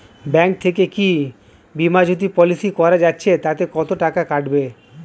Bank থেকে কী Bima Jyoti policy করা যাচ্ছে তাতে কত করে কাটবে?